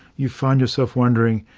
you find yourself wondering.